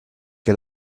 che